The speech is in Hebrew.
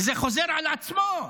וזה חוזר על עצמו.